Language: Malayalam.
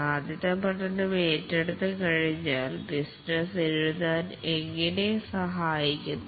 സാധ്യത പഠനം ഏറ്റെടുത്തു കഴിഞ്ഞാൽ ബിസിനസ് എഴുതാൻ എങ്ങനെ സഹായിക്കുന്നു